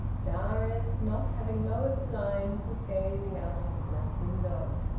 darius, not having lowered the blinds, was gazing out of the black window.